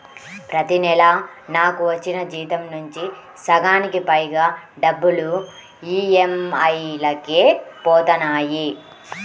ప్రతి నెలా నాకు వచ్చిన జీతం నుంచి సగానికి పైగా డబ్బులు ఈ.ఎం.ఐ లకే పోతన్నాయి